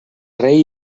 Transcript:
rei